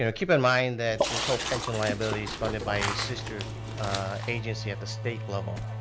and keep in mind that this whole pension liability is funded by sister agency at the state level.